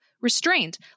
restraint